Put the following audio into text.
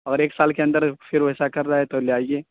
اور ایک سال کے اندر پھر ویسا کر رہا ہے تو لے آئیے